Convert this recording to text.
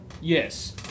Yes